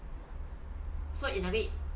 so in a way